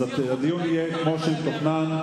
אז הדיון יהיה כמו שתוכנן.